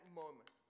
moment